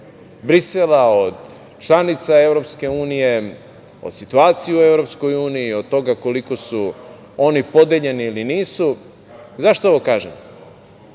Brisela, od članica EU, od situacije u EU, od toga koliko su oni podeljeni ili nisu.Zašto ovo kažem?